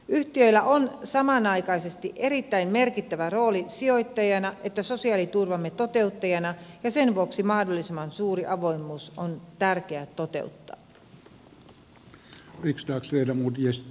yhtiöillä on samanaikaisesti erittäin merkittävä rooli sekä sijoittajana että sosiaaliturvamme toteuttajana ja sen vuoksi mahdollisimman suuri avoimuus on tärkeää toteuttaa